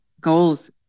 goals